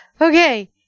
okay